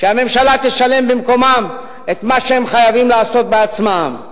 שהממשלה תשלם במקומם את מה שהם חייבים לעשות בעצמם.